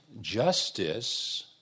justice